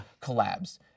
collabs